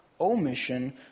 omission